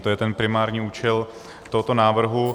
To je ten primární účel tohoto návrhu.